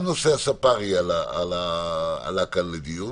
גם נושא הספארי עלה כאן לדיון.